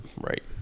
Right